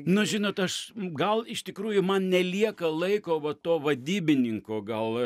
nu žinot aš gal iš tikrųjų man nelieka laiko va to vadybininko gal